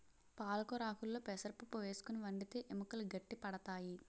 పాలకొరాకుల్లో పెసరపప్పు వేసుకుని వండితే ఎముకలు గట్టి పడతాయి